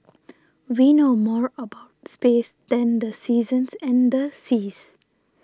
we know more about space than the seasons and the seas